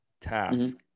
task